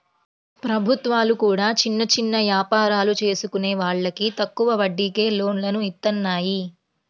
ప్రభుత్వాలు కూడా చిన్న చిన్న యాపారాలు చేసుకునే వాళ్లకి తక్కువ వడ్డీకే లోన్లను ఇత్తన్నాయి